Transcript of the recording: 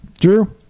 Drew